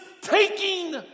taking